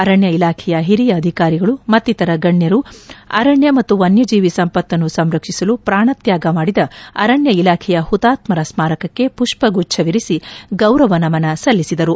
ಅರಣ್ಯ ಇಲಾಖೆಯ ಹಿರಿಯ ಅಧಿಕಾರಿಗಳು ಮತ್ತಿತರ ಗಣ್ಯರು ಅರಣ್ಯ ಮತ್ತು ವನ್ಯಜೀವಿ ಸಂಪತ್ತನ್ನು ಸಂರಕ್ಷಿಸಲು ಪ್ರಾಣ ತ್ಯಾಗ ಮಾಡಿದ ಅರಣ್ಯ ಇಲಾಖೆಯ ಹುತಾತ್ಮರ ಸ್ವಾರಕಕ್ಕೆ ಮಪ್ಪಗುಚ್ವವಿರು ಗೌರವ ನಮನ ಸಲ್ಲಿಸಿದರು